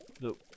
No